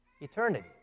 Eternity